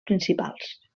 principals